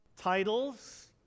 titles